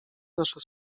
nasze